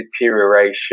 deterioration